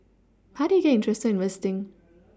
how did you get interested in investing